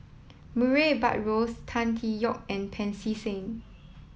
Murray Buttrose Tan Tee Yoke and Pancy Seng